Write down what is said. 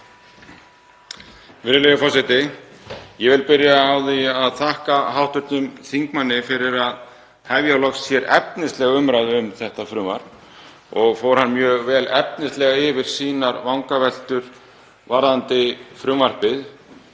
Virðulegur forseti. Ég vil byrja á að þakka hv. þingmanni fyrir að hefja hér loks efnislega umræðu um þetta frumvarp og fór hann mjög vel efnislega yfir sínar vangaveltur varðandi frumvarpið.